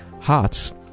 Hearts